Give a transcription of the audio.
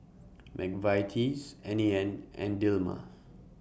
Mcvitie's N A N and Dilmah